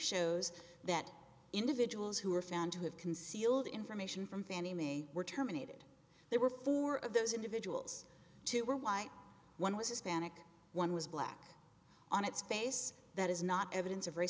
shows that individuals who were found to have concealed information from fannie mae were terminated there were four of those individuals two were y one was hispanic one was black on its face that is not evidence of race